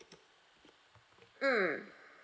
mm